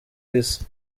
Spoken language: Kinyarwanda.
isi